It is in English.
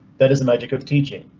that is the magic of teaching.